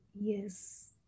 Yes